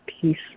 peace